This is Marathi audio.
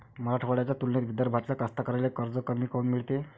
मराठवाड्याच्या तुलनेत विदर्भातल्या कास्तकाराइले कर्ज कमी काऊन मिळते?